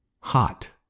Hot